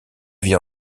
vie